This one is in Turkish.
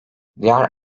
diğer